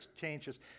changes